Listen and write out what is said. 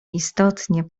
istotnie